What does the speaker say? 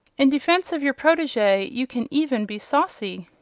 in defence of your protege you can even be saucy.